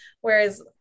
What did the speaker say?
Whereas